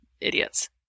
idiots